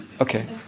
Okay